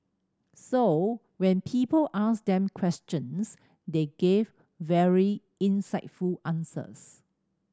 so when people asked them questions they gave very insightful answers